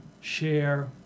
share